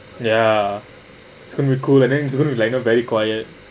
ya it's going to be cool and it's going to be like you know very quite